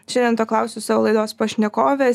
šiandien to klausiu savo laidos pašnekovės